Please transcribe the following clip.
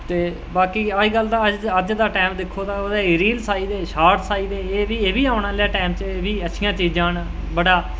ते बाकी अजकल्ल अज्ज दा टैम दिक्खो तां ओह्दै च रीलस आई दे शॉटस आई दे एह् बी औंने आह्ले टैम च एह् बी अच्छियां चीजां न बड़ा